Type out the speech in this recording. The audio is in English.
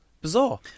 bizarre